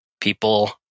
people